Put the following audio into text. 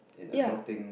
ya